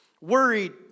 Worried